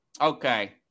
Okay